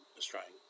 Australian